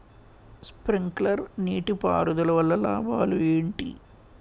Sprinkler నీటిపారుదల వల్ల లాభాలు ఏంటి?